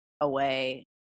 away